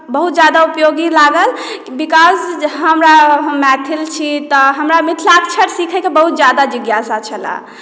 बहुत ज्यादा उपयोगी लागल बिकॉज़ जे हमरा हम मैथिल छी तऽ हमरा मिथिलाक्षर सीखैके बहुत ज्यादा जिज्ञासा छले